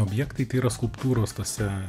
objektai kai yra skulptūros tąsa